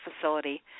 facility